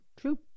true